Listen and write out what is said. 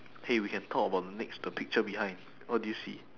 hey we can talk about next the picture behind what do you see